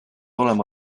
olema